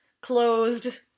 closed